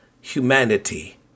humanity